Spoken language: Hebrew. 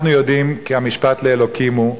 אנחנו יודעים כי המשפט לאלוקים הוא,